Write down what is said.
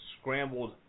scrambled